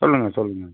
சொல்லுங்க சொல்லுங்க